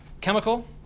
Chemical